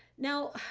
now,